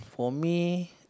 for me